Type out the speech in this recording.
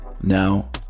Now